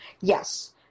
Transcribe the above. Yes